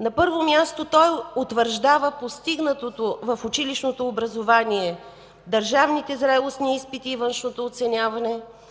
На първо място той утвърждава постигнатото в училищното образование, държавните зрелостни изпити и външното оценяване,